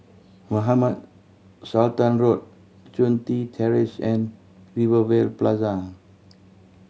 Mohamed Sultan Road Chun Tin Terrace and Rivervale Plaza